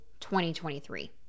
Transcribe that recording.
2023